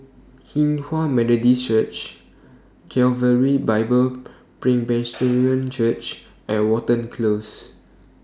Hinghwa Methodist Church Calvary Bible Presbyterian Church and Watten Close